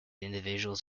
individuals